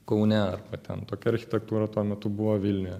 kaune ten tokia architektūra tuo metu buvo vilniuje